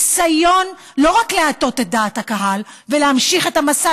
לא רק ניסיון להטות את דעת הקהל ולהמשיך את מסע